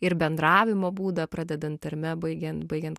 ir bendravimo būdą pradedant tarme baigiant baigiant